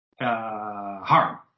harm